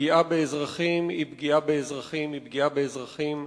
פגיעה באזרחים היא פגיעה באזרחים היא פגיעה באזרחים.